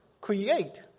create